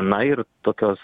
na ir tokios